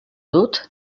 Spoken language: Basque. dut